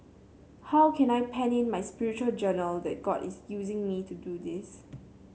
how can I pen in my spiritual journal that God is using me to do this